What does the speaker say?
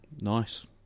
Nice